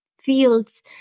fields